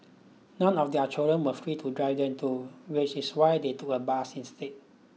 none of their children were free to drive them too which is why they took a bus instead